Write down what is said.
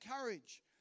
Courage